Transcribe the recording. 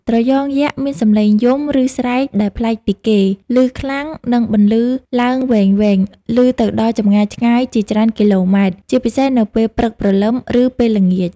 ត្រយងយក្សមានសំឡេងយំ ឬស្រែកដែលប្លែកពីគេ ឮខ្លាំង និងបន្លឺឡើងវែងៗ ឮទៅដល់ចម្ងាយឆ្ងាយជាច្រើនគីឡូម៉ែត្រ ជាពិសេសនៅពេលព្រឹកព្រលឹម ឬពេលល្ងាច។